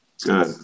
Good